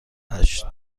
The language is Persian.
هشت